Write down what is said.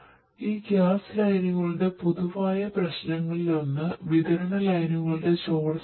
അതിനാൽ ഈ ഗ്യാസ് ലൈനുകളുടെ പൊതുവായ പ്രശ്നങ്ങളിലൊന്ന് വിതരണ ലൈനുകളുടെ ചോർച്ചയാണ്